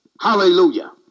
hallelujah